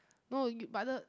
no but the